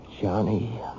Johnny